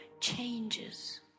changes